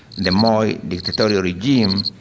the moi dictatorial regime,